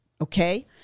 okay